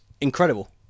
incredible